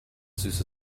süße